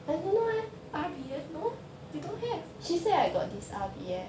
R_B_F no you don't have